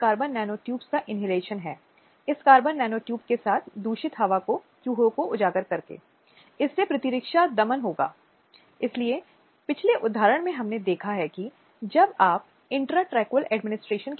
अब जो भूमिका वे निभाते हैं उसमें पारदर्शिता और जवाबदेही को बढ़ावा देने वाले खातों पर निगरानी रखने वाली संस्थाएं शामिल हैं